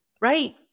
Right